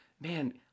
man